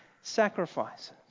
sacrifices